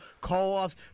Call-offs